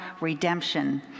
redemption